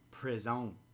prison